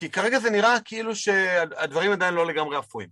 כי כרגע זה נראה כאילו שהדברים עדיין לא לגמרי אפויים.